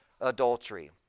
adultery